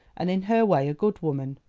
and in her way a good woman,